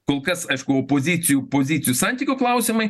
kol kas aišku opozicijų pozicijų santykių klausimai